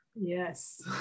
Yes